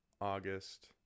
August